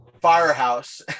firehouse